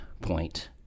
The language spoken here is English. point